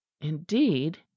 Indeed